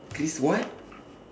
chris what